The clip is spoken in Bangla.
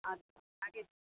আচ্ছা আগে